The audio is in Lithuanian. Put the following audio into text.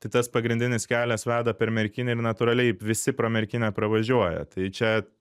tai tas pagrindinis kelias veda per merkinę ir natūraliai visi pro merkinę nepravažiuoja tai čia